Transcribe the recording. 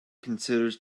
considers